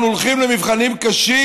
אנחנו הולכים למבחנים קשים,